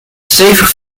stevig